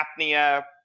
apnea